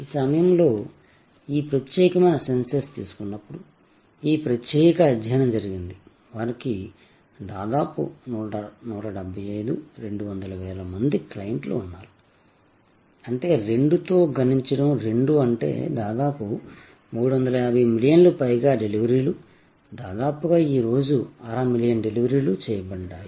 ఈ సమయంలో ఈ ప్రత్యేక సెన్సెస్ తీసుకున్నప్పుడు ఈ ప్రత్యేక అధ్యయనం జరిగింది వారికి దాదాపు 175 200 వేల మంది క్లయింట్లు ఉన్నారు అంటే 2 తో గుణించడం 2అంటే దాదాపు 350 మిలియన్లకు పైగా డెలివరీలు దాదాపుగా ఈ రోజు అర మిలియన్ డెలివరీలు చేయబడ్డాయి